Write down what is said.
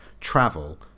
travel